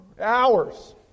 hours